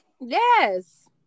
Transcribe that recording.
Yes